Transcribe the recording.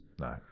No